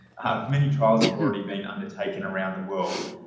ah, many trials have already been undertaken around the world.